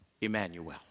Emmanuel